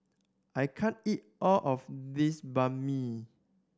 I can't eat all of this Banh Mi